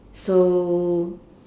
so